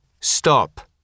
Stop